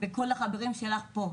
וכל החברים שלה פה.